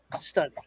study